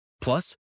Plus